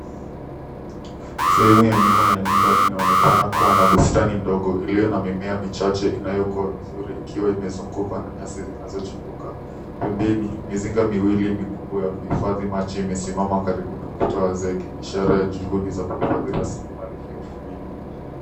Sehemu ya nyuma ya nyumba inaonekana kuwa na bustani ndogo iliyo na mimea michache inayokuwa vizuri ikiwa imezungukwa na nyasi zinazochipuka. Pembeni mizinga miwili mikubwa ya kuhifadhi maji imesimama karibu na ukuta wa zege ishara ya juhudi za kufadhili rasilimali hiyo muhimu.